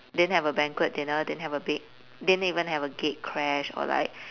didn't have a banquet dinner didn't have a big didn't even have a gatecrash or like